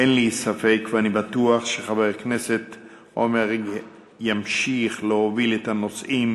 אין לי ספק ואני בטוח שחבר הכנסת עמר ימשיך להוביל את הנושאים